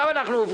הצבעה בעד,